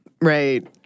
right